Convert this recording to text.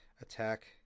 Attack